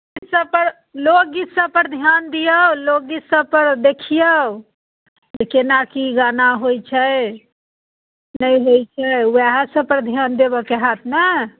सब पर लोकगीत सब पर ध्यान दिऔ लोकगीत सब पर देखिऔ की केना की गाना होइत छै नहि होइत छै ओएह सब पर ध्यान देबऽ के होयत ने